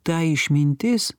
ta išmintis